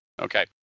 Okay